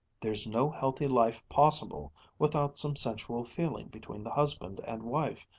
there's no healthy life possible without some sensual feeling between the husband and wife,